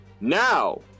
Now